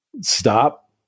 stop